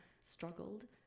struggled